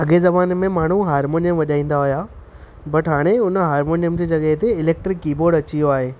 अॻिए ज़माने में माण्हूं हरमोनियम वॼाईंदा हुआ बट हाणे हुन हरमोनियम जे जॻह ते इलैक्ट्रिक कीबोर्ड अची वियो आहे